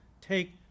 take